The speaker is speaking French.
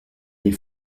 les